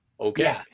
Okay